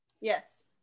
Yes